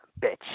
bitch